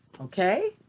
okay